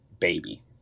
baby